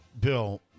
Bill